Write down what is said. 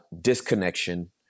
disconnection